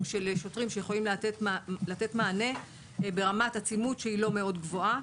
של שוטרים שיכולים לתת מענה ברמת עצימות שהיא לא מאוד גבוהה.